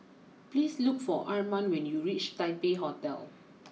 please look for Arman when you reach Taipei Hotel